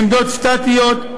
עמדות סטטיות,